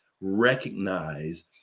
recognize